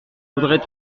voudrais